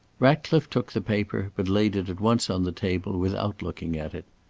ratcliffe took the paper, but laid it at once on the table without looking at it.